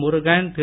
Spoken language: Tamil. முருகன் திரு